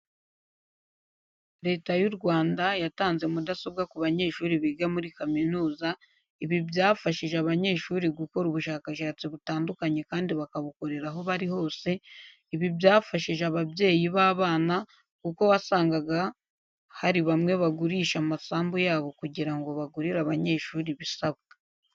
Leta y'u Rwanda yatanze mudasobwa ku banyeshuri biga muri kaminuza, ibi byafashije abanyeshuri gukora ubushakashatsi butandukanye kandi bakabukorera aho bari hose, ibi byafashije ababyeyi b'abana kuko wasangaga hari bamwe bagurisha amasambu yabo kugira ngo bagurire abanyeshuri ibisabwa.